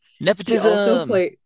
Nepotism